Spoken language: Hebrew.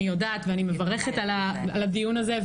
אני יודעת ואני מברכת על הדיון הזה,